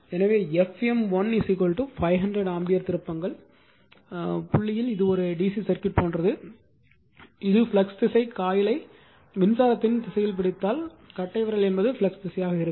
எனவே f m1 500 ampere திருப்பங்கள் இது ஒரு DC சர்க்யூட் போன்றது இது ஃப்ளக்ஸ் திசை காயிலை மின்சாரத்தின் திசையில் பிடித்தால் கட்டைவிரல் என்பது ஃப்ளக்ஸ் திசையாகும்